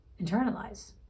internalize